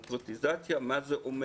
קונקרטיזציה מה זה אומר.